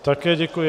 Také děkuji.